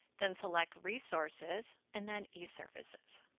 then select resources and then eservices.